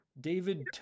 David